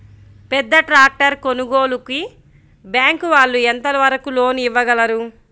పెద్ద ట్రాక్టర్ కొనుగోలుకి బ్యాంకు వాళ్ళు ఎంత వరకు లోన్ ఇవ్వగలరు?